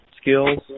skills